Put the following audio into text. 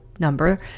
Number